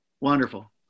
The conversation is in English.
Wonderful